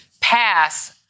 pass